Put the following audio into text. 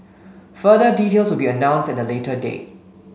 further details will be announced at a later date